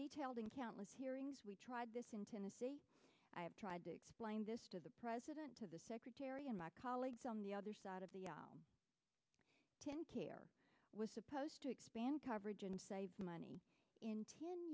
detailed in countless hearings we tried this in tennessee i have tried to explain this to the president to the secretary and my colleagues on the other side of the tenn care was supposed to expand coverage and save money in t